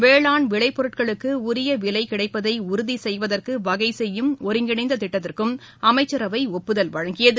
வேளாண் விளை பொருட்களுக்கு உரிய விலை கிடைப்பதை உறுதி செய்யவதற்கு வகை செய்யும் ஒருங்கிணைந்த திட்டத்திற்கும் அமைச்சரவை ஒப்புதல் வழங்கியது